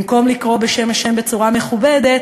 במקום לקרוא בשם השם בצורה מכובדת,